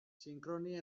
sinkronia